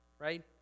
right